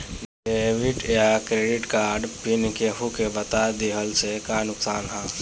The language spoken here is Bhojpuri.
डेबिट या क्रेडिट कार्ड पिन केहूके बता दिहला से का नुकसान ह?